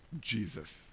Jesus